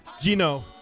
Gino